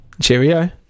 Cheerio